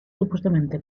supuestamente